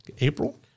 April